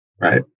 Right